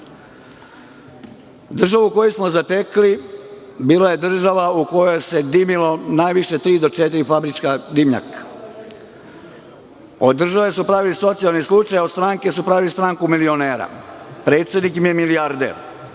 Država koju smo zatekli bila je država u kojoj se dimilo najviše tri, do četiri fabrička dimnjaka. Od države su pravili socijalni slučaj, a od stranke su pravili stranku milionera. Predsednik im je milijarder.